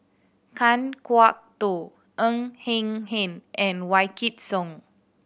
Kan Kwok Toh Ng Eng Hen and Wykidd Song